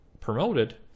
promoted